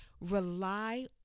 rely